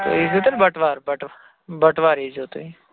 تُہۍ ییٖزیٚو تیٚلہِ بَٹوار بَٹوار بَٹوار ییزیٚو تُہۍ